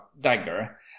dagger